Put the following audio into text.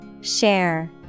Share